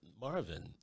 Marvin